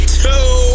two